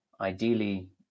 ideally